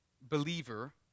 believer